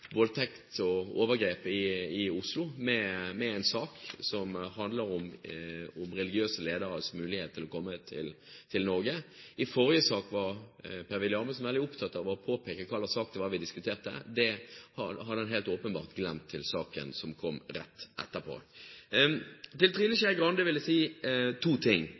voldtekt og overgrep i Oslo med en sak om religiøse lederes mulighet til å komme til Norge. I forrige sak var Per-Willy Amundsen veldig opptatt av å påpeke hvilken sak vi diskuterte. Det hadde han helt åpenbart glemt da vi kom til saken etterpå. Til Trine Skei Grande vil jeg si to ting.